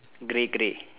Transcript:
grey grey